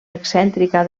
excèntrica